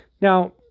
Now